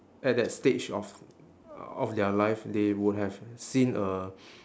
at that stage of uh of their life they would have seen a